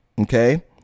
okay